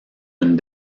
une